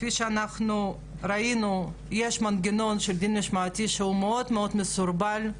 כפי שאנחנו ראינו יש מנגנון של דין משמעתי שהוא מאוד מאוד מסורבל,